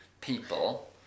people